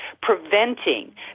preventing